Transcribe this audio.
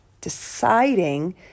deciding